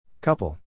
Couple